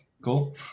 Cool